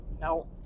No